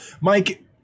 Mike